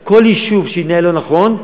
כל יישוב שיתנהל לא נכון,